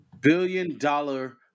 billion-dollar